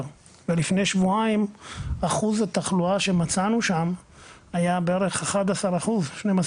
ולפני שבועיים אחוז התחלואה שמצאנו שם היה בערך 11%-12%,